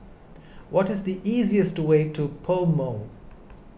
what is the easiest way to PoMo